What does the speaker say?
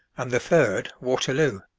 and the third, waterloo.